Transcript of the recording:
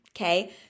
Okay